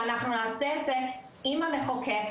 שאנחנו נעשה את זה עם המחוקק,